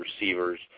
receivers